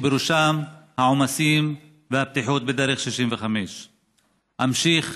ובראשם העומסים והבטיחות בדרך 65. אמשיך